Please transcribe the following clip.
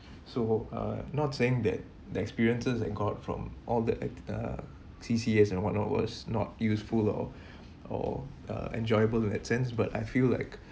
so uh not saying that the experiences I got from all the at uh C_C_S and what not was not useful or or uh enjoyable in that sense but I feel like